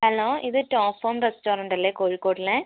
hello ഇത് top form restaurant അല്ലേ കോഴിക്കോടുള്ളത്